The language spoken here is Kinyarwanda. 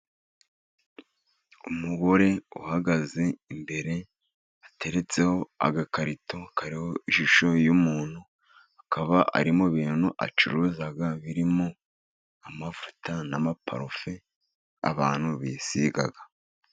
Umugore uhagaze imbere hateretseho agakarito kariho ishusho y'umuntu, akaba ari mu bintu acuruza birimo amavuta, n'amaparufe abantu bisiga.